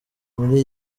muri